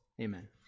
amen